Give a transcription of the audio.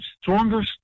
stronger